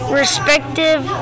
respective